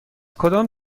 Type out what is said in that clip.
کدام